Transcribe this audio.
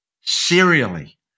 serially